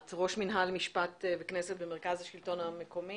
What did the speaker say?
את ראש מינהל משפט וכנסת במרכז השלטון המקומי.